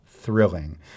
thrilling